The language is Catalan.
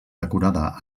decorada